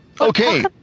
Okay